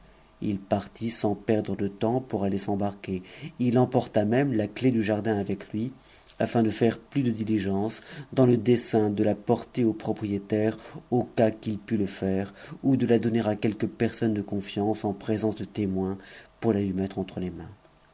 il partit sans perdre je temps pour aller s'embarquer h emporta même la clef du jardin avec lui afin de faire plus de diligence dans le dessein de la porter au propriétaire au cas qu'il pût le faire ou de la donner à quelque personne de confiance en présence de témoins pour la lui mettre entre les mains